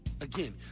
Again